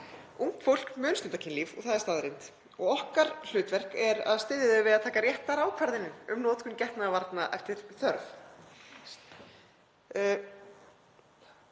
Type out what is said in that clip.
Ungt fólk mun stunda kynlíf og það er staðreynd. Okkar hlutverk er að styðja það við að taka réttar ákvarðanir um notkun getnaðarvarna eftir þörf.